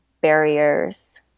barriers